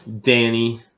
Danny